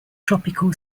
tropical